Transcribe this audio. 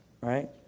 right